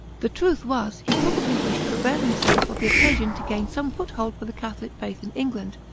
the truth was, he probably wished to avail himself of the occasion to gain some foothold for the catholic faith in england,